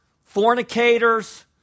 fornicators